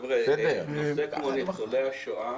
לגבי ניצולי השואה,